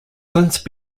since